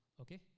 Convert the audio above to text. okay